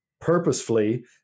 purposefully